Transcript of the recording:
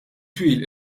twil